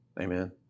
Amen